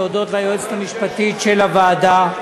להודות ליועצת המשפטית של הוועדה,